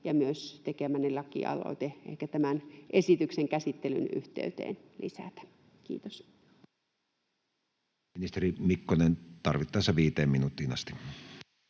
ja myös tekemäni lakialoite ehkä tämän esityksen käsittelyn yhteyteen lisätä. — Kiitos. Ministeri Mikkonen, tarvittaessa viiteen minuuttiin asti.